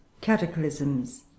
cataclysms